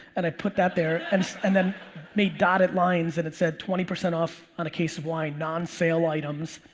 and i put that there and and then made dotted lines and it said twenty percent off on a case of wine, non sale items.